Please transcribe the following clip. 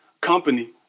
company